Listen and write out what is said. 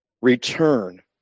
Return